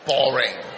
Boring